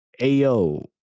Ayo